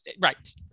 Right